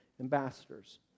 ambassadors